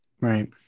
Right